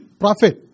Prophet